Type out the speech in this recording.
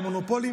והמונופולים,